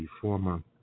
former